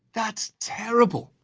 that's terrible.